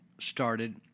started